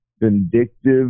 vindictive